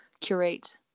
curate